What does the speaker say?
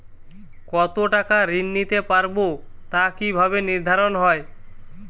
কতো টাকা ঋণ নিতে পারবো তা কি ভাবে নির্ধারণ হয়?